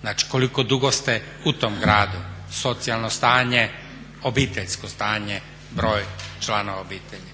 Znači koliko dugo ste u tom gradu, socijalno stanje, obiteljsko stanje, broj članova obitelji.